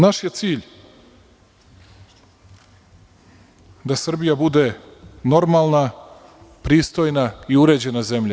Naš je cilj da Srbija bude normalna, pristojna i uređena zemlja.